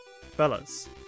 Fellas